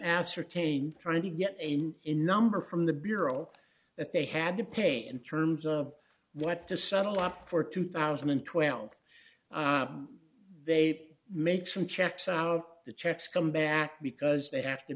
ascertain trying to get a number from the bureau that they had to pay in terms of what to settle up for two thousand and twelve they make some checks out the checks come back because they have to